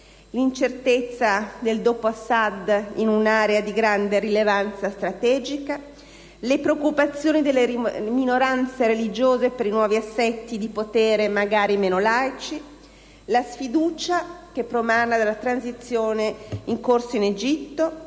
l'incertezza del dopo Assad in un'area di grande rilevanza strategica; le preoccupazioni delle minoranze religiose per i nuovi assetti di potere, magari meno laici; la sfiducia che promana dalla transizione in corso in Egitto;